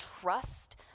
trust